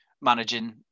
managing